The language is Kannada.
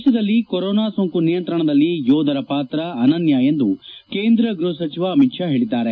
ದೇಶದಲ್ಲಿ ಕೊರೊನಾ ಸೋಂಕು ನಿಯಂತ್ರಣದಲ್ಲಿ ಯೋಧರ ಪಾತ್ರ ಅನನ್ನ ಎಂದು ಕೇಂದ್ರ ಗ್ಲಪ ಸಚಿವ ಅಮಿತ್ ಶಾ ಪೇಳಿದ್ದಾರೆ